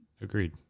Agreed